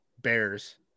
bears